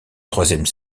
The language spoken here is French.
troisième